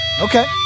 okay